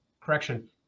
correction